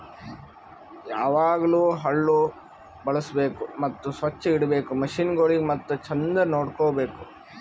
ಯಾವಾಗ್ಲೂ ಹಳ್ಳು ಬಳುಸ್ಬೇಕು ಮತ್ತ ಸೊಚ್ಚ್ ಇಡಬೇಕು ಮಷೀನಗೊಳಿಗ್ ಮತ್ತ ಚಂದ್ ನೋಡ್ಕೋ ಬೇಕು